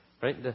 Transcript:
Right